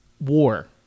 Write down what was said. war